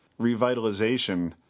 revitalization